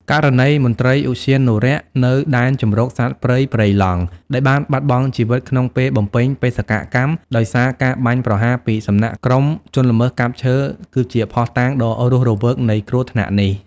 ករណីមន្ត្រីឧទ្យានុរក្សនៅ ដែនជម្រកសត្វព្រៃព្រៃឡង់ ដែលបានបាត់បង់ជីវិតក្នុងពេលបំពេញបេសកកម្ម ដោយសារការបាញ់ប្រហារពីសំណាក់ក្រុមជនល្មើសកាប់ឈើ គឺជាភស្តុតាងដ៏រស់រវើកនៃគ្រោះថ្នាក់នេះ។